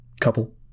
couple